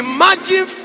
Imagine